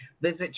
Visit